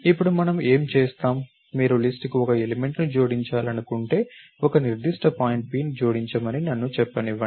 ఇప్పుడు మనం ఏమి చేస్తాం మీరు లిస్ట్ కు ఒక ఎలిమెంట్ ని జోడించాలనుకుంటే ఒక నిర్దిష్ట పాయింట్ pని జోడించమని నన్ను చెప్పనివ్వండి